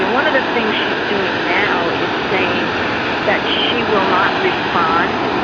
ah one of the things she is doing now is saying that she will not respond.